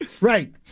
Right